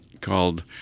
called